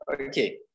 Okay